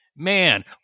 man